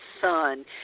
son